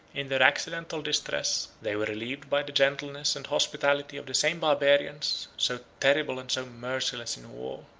in their accidental distress, they were relieved by the gentleness and hospitality of the same barbarians, so terrible and so merciless in war.